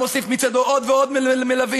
המוסיף מצדו עוד ועוד מלווים.